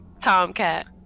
Tomcat